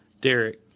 Derek